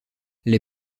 les